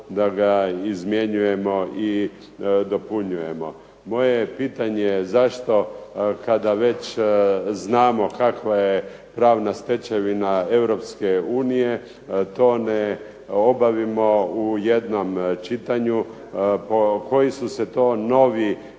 da ga izmjenjujemo i dopunjujemo. Moje je pitanje zašto kada već znamo kakva je pravna stečevina Europske unije to ne obavimo u jednom čitanju. Koji su se to novi